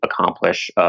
accomplish